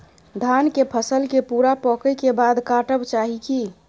धान के फसल के पूरा पकै के बाद काटब चाही की?